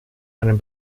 einem